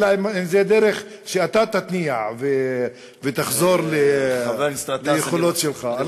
אלא אם זו דרך שאתה תתניע ותחזור ליכולות שלך.